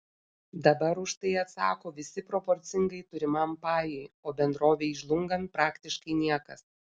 dabar už tai atsako visi proporcingai turimam pajui o bendrovei žlungant praktiškai niekas